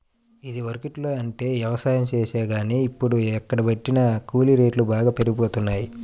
ఇదివరకట్లో అంటే యవసాయం చేశాం గానీ, ఇప్పుడు ఎక్కడబట్టినా కూలీ రేట్లు బాగా పెరిగిపోతన్నయ్